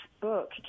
book